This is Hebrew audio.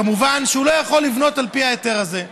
כמובן שהוא לא יכול לבנות על פי ההיתר הזה.